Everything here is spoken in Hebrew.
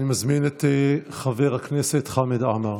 אני מזמין את חבר הכנסת חמד עמאר,